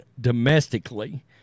domestically